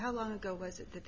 how long ago was it th